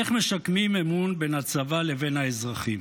איך משקמים אמון בין הצבא לבין האזרחים?